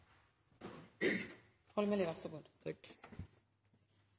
– vær så god.